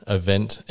event